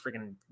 freaking